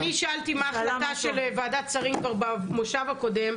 אני שאלתי מה ההחלטה של ועדת שרים כבר בדיון הקודם.